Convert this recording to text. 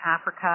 Africa